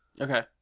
Okay